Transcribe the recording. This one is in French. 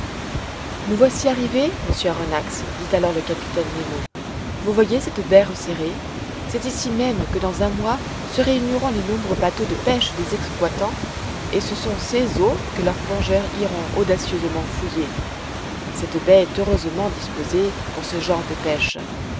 nous voici arrivés monsieur aronnax dit alors le capitaine nemo vous voyez cette baie resserrée c'est ici même que dans un mois se réuniront les nombreux bateaux de pêche des exploitants et ce sont ces eaux que leurs plongeurs iront audacieusement fouiller cette baie est heureusement disposée pour ce genre de pêche